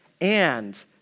and